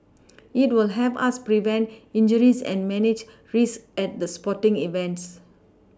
it will help us prevent injuries and manage risks at the sporting events